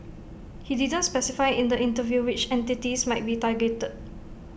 he didn't specify in the interview which entities might be targeted